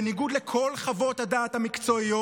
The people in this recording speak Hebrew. בניגוד לכל חוות הדעת המקצועיות,